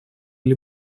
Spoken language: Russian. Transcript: или